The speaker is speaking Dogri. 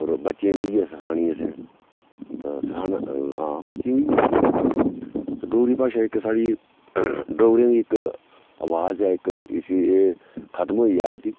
होर बच्चें बी इ'यै सखानी असें सखाना हां बच्चें बी असें डोगरी भाशा इक साढ़ी डोगरें दी इक अवाज ऐ इक इसी एह् खतम होई जा'रदी